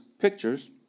pictures